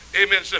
Amen